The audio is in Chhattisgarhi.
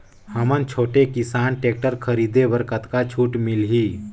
हमन छोटे किसान टेक्टर खरीदे बर कतका छूट मिलही?